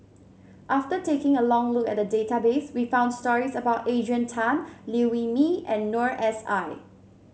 after taking a long look at database we found stories about Adrian Tan Liew Wee Mee and Noor S I